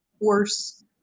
Worse